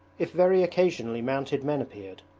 if very occasionally mounted men appeared,